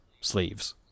sleeves